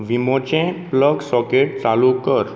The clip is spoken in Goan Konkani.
विमोचें प्लग सॉकेट चालू कर